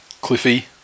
Cliffy